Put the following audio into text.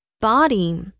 Body